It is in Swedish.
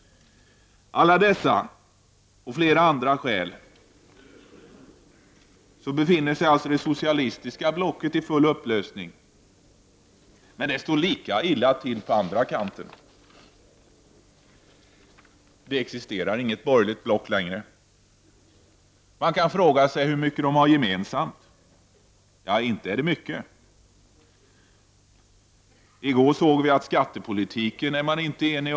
Av dessa och flera andra skäl befinner sig det socialistiska blocket i full upplösning. Men det står lika illa till på den andra kanten. Det existerar inget borgerligt block längre. Man kan fråga sig hur mycket de borgerliga partierna har gemensamt. Ja, inte är det mycket. I går såg vi att de inte är eniga om skattepolitiken.